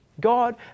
God